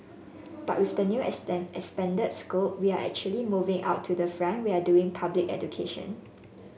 but with the new expanded scope we are actually moving out to the front we are doing public education